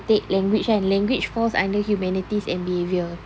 you take language kan language falls under humanities and behaviour